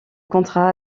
contrat